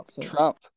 Trump